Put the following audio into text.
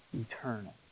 eternal